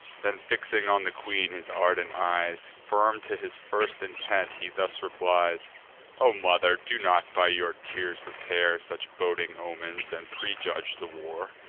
then fixing on the queen his ardent eyes, firm to his first intent, he thus replies o mother, do not by your tears prepare such boding omens, and prejudge the war.